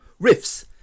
riffs